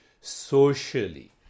socially